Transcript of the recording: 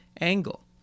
angle